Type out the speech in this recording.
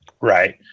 right